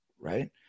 right